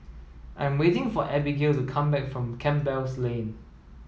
I'm waiting for Abigail to come back from Campbell Lane